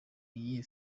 iyihe